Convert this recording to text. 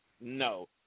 No